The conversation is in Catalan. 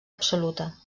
absoluta